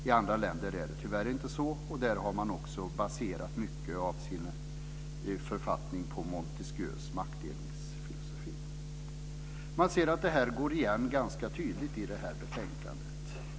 I andra länder är det tyvärr inte så, och där har man också baserat mycket av författningarna på Montesquieus maktdelningsfilosofi. Detta går igen ganska tydligt i betänkandet.